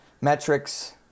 metrics